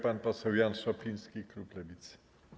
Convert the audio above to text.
Pan poseł Jan Szopiński, klub Lewicy.